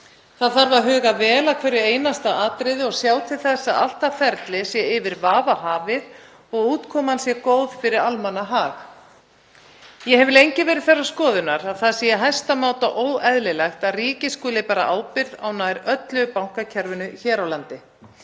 Það þarf að huga vel að hverju einasta atriði og sjá til þess að allt það ferli sé yfir vafa hafið og útkoman sé góð fyrir almannahag. Ég hef lengi verið þeirrar skoðunar að það sé í hæsta máta óeðlilegt að ríkið skuli bera ábyrgð á nær öllu bankakerfinu hér á landi.